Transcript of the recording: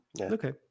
Okay